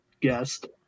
guest